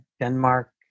Denmark